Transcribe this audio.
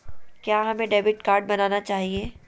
क्या हमें debit card बनाना चाहिए?